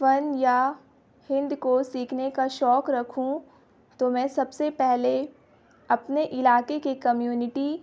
فن یا ہند کو سیکھنے کا شوق رکھوں تو میں سب سے پہلے اپنے علاقے کے کمیونٹی